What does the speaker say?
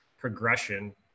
progression